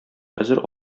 хәзер